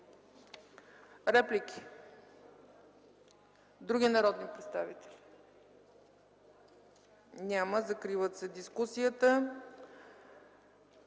Реплики? Няма. Други народни представители? Няма. Закривам дискусията.